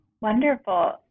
Wonderful